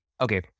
okay